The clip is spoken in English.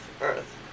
earth